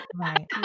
right